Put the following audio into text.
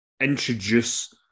introduce